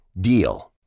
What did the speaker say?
DEAL